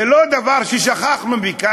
זה לא דבר ששכחנו ממנו,